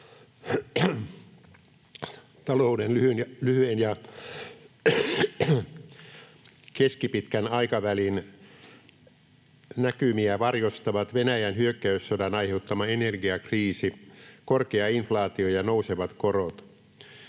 Talouden lyhyen ja keskipitkän aikavälin näkymiä varjostavat Venäjän hyökkäyssodan aiheuttama energiakriisi, korkea inflaatio ja nousevat korot.